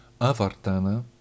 Avartana